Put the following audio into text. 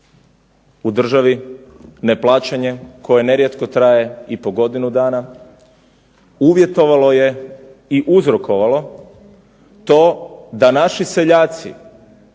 u državi, neplaćanje koje nerijetko traje i po godinu dana, uvjetovalo je uzrokovalo to da naši seljaci